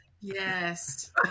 Yes